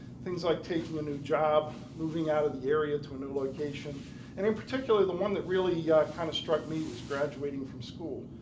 things like taking a new job, moving out of the area to a new location and in particular, the one that really yeah kind of struck me was graduating from school.